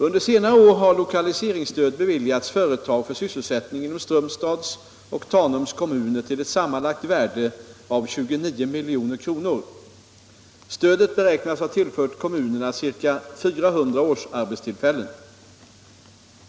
Under senare år har lokaliseringsstöd beviljats företag för sysselsättning inom Strömstads och Tanums kommuner till ett sammanlagt värde av 29 milj.kr. Stödet beräknas ha tillfört kommunerna ca 400 årsarbetstillfällen.